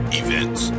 events